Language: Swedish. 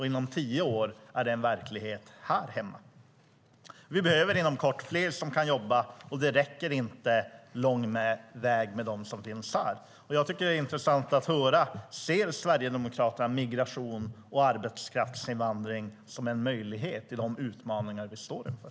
Inom tio år är det en verklighet här hemma. Vi behöver inom kort fler som kan jobba. Det räcker inte lång väg med dem som finns här. Det vore intressant att få höra: Ser Sverigedemokraterna migration och arbetskraftsinvandring som en möjlighet i de utmaningar vi står inför?